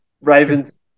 Ravens